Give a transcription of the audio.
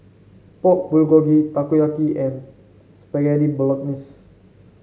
Pork Bulgogi Takoyaki and Spaghetti Bolognese